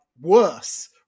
worse